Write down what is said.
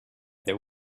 there